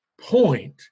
point